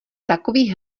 takových